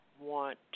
want